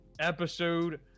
episode